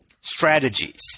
strategies